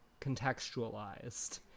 contextualized